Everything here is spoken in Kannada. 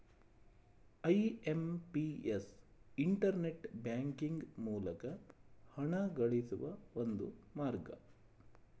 ಐ.ಎಂ.ಪಿ.ಎಸ್ ಇಂಟರ್ನೆಟ್ ಬ್ಯಾಂಕಿಂಗ್ ಮೂಲಕ ಹಣಗಳಿಸುವ ಒಂದು ಮಾರ್ಗ